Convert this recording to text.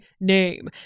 name